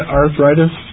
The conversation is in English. arthritis